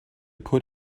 put